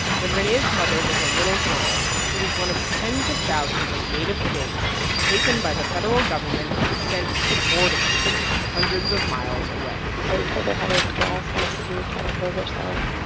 when rene's mother was a little girl, she was one of tens of thousands of native kids taken by the federal government and sent to boarding school hundreds of miles away they told her how to dress, how to speak, how to hold herself.